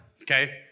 Okay